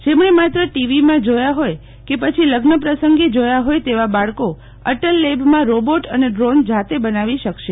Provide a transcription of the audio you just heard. જેમણે માત્ર ટીવીમાં જોવા હોય કે પછી લઝ્ન પ્રસંગે ડ્રોન કેમેરા જોવા હોય તેવા બાળકો અટલ લેબમાં રોબોટ અને ફ્રોન જાતે બનાવી શકાશે